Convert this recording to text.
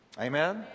Amen